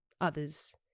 others